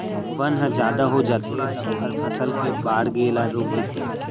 बन ह जादा हो जाथे त ओहर फसल के बाड़गे ल रोक देथे